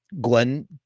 Glenn